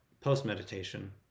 post-meditation